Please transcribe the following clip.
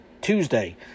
Tuesday